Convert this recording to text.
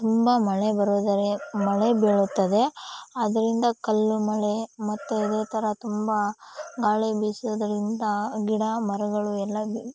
ತುಂಬ ಮಳೆ ಬರುದರೆ ಮಳೆ ಬೀಳುತ್ತದೆ ಅದರಿಂದ ಕಲ್ಲು ಮಳೆ ಮತ್ತೆ ಅದೇ ಥರ ತುಂಬ ಗಾಳಿ ಬೀಸೋದ್ರಿಂದ ಗಿಡ ಮರಗಳು ಎಲ್ಲ